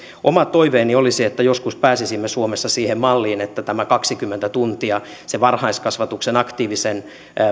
oma toiveeni olisi että joskus pääsisimme suomessa siihen malliin että tämä kaksikymmentä tuntia se aktiivisen